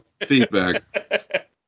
feedback